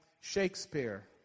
Shakespeare